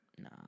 Nah